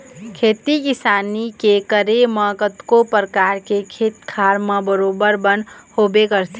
खेती किसानी के करे म कतको परकार के खेत खार म बरोबर बन होबे करथे